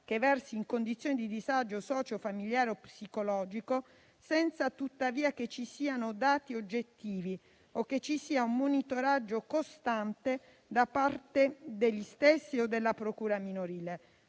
che versi in condizioni di disagio socio-familiare o psicologico senza avere, tuttavia, dati oggettivi e senza effettuare un monitoraggio costante da parte degli stessi o della procura minorile.